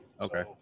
Okay